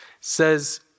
says